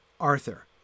Arthur